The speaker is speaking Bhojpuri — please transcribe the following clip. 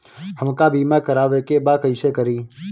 हमका बीमा करावे के बा कईसे करी?